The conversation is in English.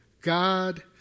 God